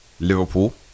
Liverpool